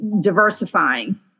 diversifying